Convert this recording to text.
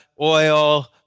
oil